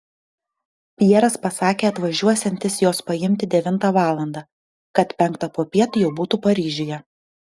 pjeras pasakė atvažiuosiantis jos paimti devintą valandą kad penktą popiet jau būtų paryžiuje